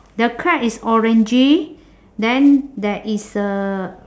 the crab is orangey then there is a